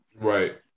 Right